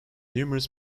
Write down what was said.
numerous